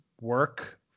work